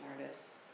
artists